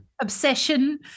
obsession